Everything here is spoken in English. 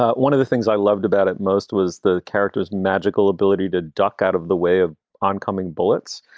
ah one of the things i loved about it most was the character's magical ability to duck out of the way of oncoming bullets,